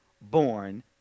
born